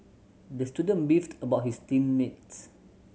the student beefed about his team mates